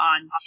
on